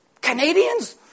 Canadians